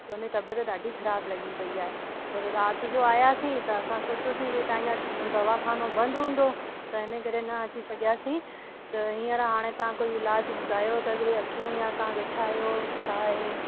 त हुन ई तबियत ॾाढी ख़राबु लॻी पेई आहे पोइ त राति जो आयासीं त असां सोचियोसीं भाई तव्हांजो दवाखानो बंदि हूंदो त इनकरे न अची सघियासीं त हींअर हाणे तव्हां कोई इलाजु ॿुधायो त अॻ में अचूं या तव्हां वेठा आयो छा आहे